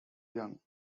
young